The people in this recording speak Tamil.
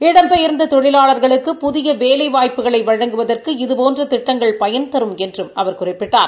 இடம்பெயாந்த தொழிவாளா்களுக்கு புதிய வேலைவாய்ப்புக்களை வழங்குவதற்கு இதபோன்ற திட்டங்கள் பயன்தரும் என்றும் அவர் குறிப்பிட்டார்